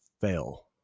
fail